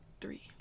three